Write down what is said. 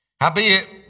Howbeit